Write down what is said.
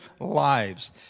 lives